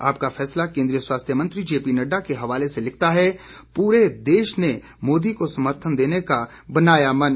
आपका फैसला केंद्रीय स्वास्थ्य मंत्री जेपी नड्डा के हवाले से लिखता है प्रे देश ने मोदी को समर्थन देने का बनाया मन